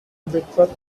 whitworth